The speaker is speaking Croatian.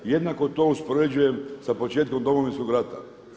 Jednako to uspoređujem sa početkom Domovinskog rata.